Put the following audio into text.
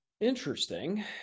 Interesting